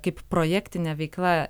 kaip projektinė veikla